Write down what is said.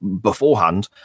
beforehand